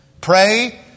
Pray